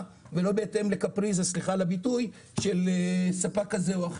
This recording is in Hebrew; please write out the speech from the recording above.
ולא בהתאם לקפריזה של ספק כזה או אחר.